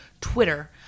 twitter